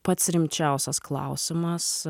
pats rimčiausias klausimas